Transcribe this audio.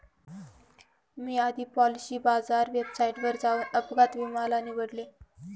मी आधी पॉलिसी बाजार वेबसाईटवर जाऊन अपघात विमा ला निवडलं